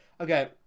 Okay